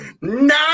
no